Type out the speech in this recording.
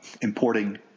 importing